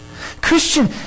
Christian